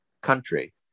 country